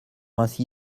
ainsi